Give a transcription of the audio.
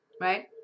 right